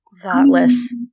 thoughtless